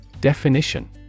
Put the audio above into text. Definition